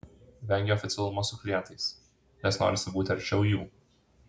vengiu oficialumo su klientais nes norisi būti arčiau jų